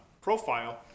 profile